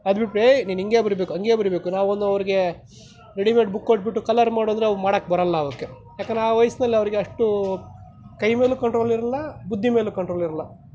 ಅದು ಬಿಟ್ಟು ಏ ನೀನು ಹಿಂಗೆ ಬರೀಬೇಕು ಹಂಗೆ ಬರೀಬೇಕು ನಾವು ಒಂದು ಅವ್ರಿಗೆ ರೆಡಿಮೆಡ್ ಬುಕ್ ಕೊಟ್ಬಿಟ್ಟು ಕಲರ್ ಮಾಡು ಅಂದರೆ ಅವು ಮಾಡೋಕೆ ಬರಲ್ಲ ಅವ್ರಿಗೆ ಯಾಕೆಂದರೆ ಆ ವಯಸ್ಸಿನಲ್ಲಿ ಅವರಿಗೆ ಅಷ್ಟು ಕೈ ಮೇಲೂ ಕಂಟ್ರೋಲ್ ಇರಲ್ಲ ಬುದ್ಧಿ ಮೇಲೂ ಕಂಟ್ರೋಲ್ ಇರಲ್ಲ